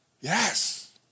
Yes